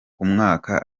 mwaka